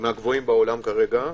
מהגבוהים בעולם כרגע.